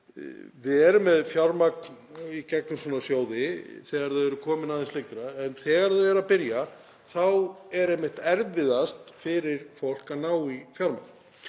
Við erum með fjármagn í gegnum sjóði þegar þau eru komin aðeins lengra en þegar þau eru að byrja þá er einmitt erfiðast fyrir fólk að ná í fjármagn.